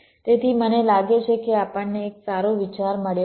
તેથી મને લાગે છે કે આપણને એક સારો વિચાર મળ્યો છે